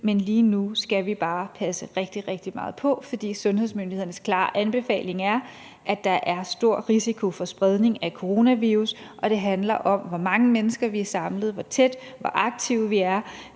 Man lige nu skal vi bare passe rigtig, rigtig meget på, fordi sundhedsmyndighedernes klare anbefaling, i forhold til at der er stor risiko for spredning af coronavirus, er, at det handler om, hvor mange mennesker vi er samlet, hvor tætte og hvor aktive vi er.